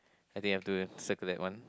I think I've to circle that one